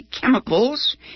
chemicals